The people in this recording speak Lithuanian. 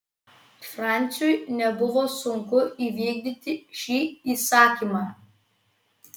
franciui nebuvo sunku įvykdyti šį įsakymą